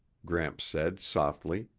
gramps said softly.